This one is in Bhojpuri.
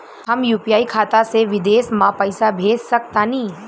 हम यू.पी.आई खाता से विदेश म पइसा भेज सक तानि?